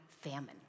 famine